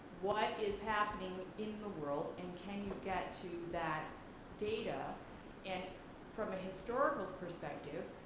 what is happening in the world and can you get to that data and from a historical perspective,